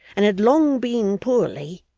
and had long been poorly,